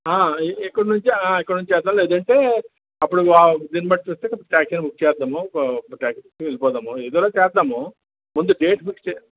ఆ ఇక్కడనుంచి ఆ ఇక్కడనుంచి వెళ్దాం లేదంటే అప్పుడు దీన్నిబట్టి చూస్తే ట్యాక్సీ నే బుక్ చేద్దాము ట్యాక్సీ కే వెళ్లిపోదాము ఏదోలా చేద్దాము ముందు డేట్ ఫిక్స్ చేస్తే